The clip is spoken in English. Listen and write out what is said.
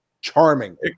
charming